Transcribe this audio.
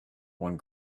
one